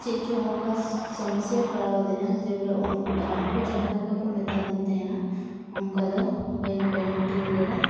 ᱪᱮᱫ ᱪᱚᱝ ᱚᱱᱠᱟ ᱥᱚᱢᱚᱥᱥᱟ ᱯᱟᱲᱟᱣ ᱟᱹᱫᱤᱧᱟ ᱡᱮ ᱵᱚᱞᱮ ᱩᱱᱠᱩ ᱡᱟᱦᱟᱸᱞᱮᱠᱟ ᱠᱚ ᱢᱮᱛᱟᱫᱤᱧ ᱛᱟᱦᱮᱱᱟ ᱚᱱᱠᱟ ᱫᱚ ᱵᱟᱹᱧ ᱞᱮᱫᱟ